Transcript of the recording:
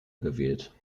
gewählt